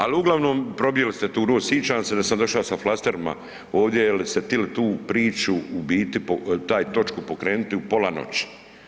Ali, uglavnom, probdjeli ste tu noć, sićam se da sam došao sa flasterima ovdje jer ste tili tu priču u biti, taj točku pokrenuti u pola noći.